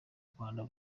rwanda